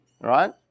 right